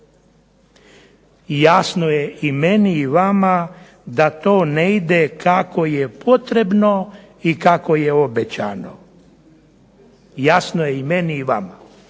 Jasno je i meni i vama da to ne ide kako je potrebno i kako je obećano. Jasno je i meni i vama.